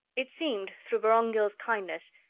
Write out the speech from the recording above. it seemed, through vorongil's kindness,